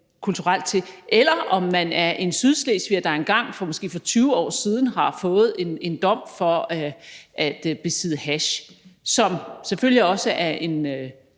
kulturelt, eller om man er en sydslesviger, der engang for måske 20 år siden har fået en dom for besiddelse af hash, som selvfølgelig også er en